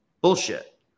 Bullshit